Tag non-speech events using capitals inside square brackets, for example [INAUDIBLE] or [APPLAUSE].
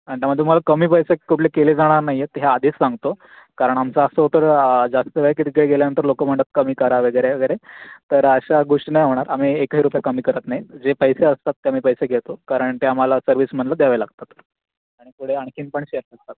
आणि त्यामुळे तुम्हाला कमी पैसे कुठले केले जाणार नाही आहेत ते आधीच सांगतो कारण आमचं असं होतं जास्ती वेळ की तिथे गेल्यानंतर लोकं म्हणतात कमी करा वगैरे वगैरे तर अश्या गोष्टी नाही होणार आम्ही एकही रुपया कमी करत नाही जे पैसे असतात ते आम्ही पैसे घेतो कारण ते आम्हाला सर्विसमॅनला द्यावे लागतात आणि पुढे आणखीन पण [UNINTELLIGIBLE]